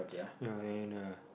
ya ya and a